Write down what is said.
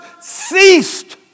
ceased